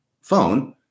phone